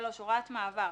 הוראת מעבר